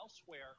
elsewhere